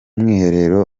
mwiherero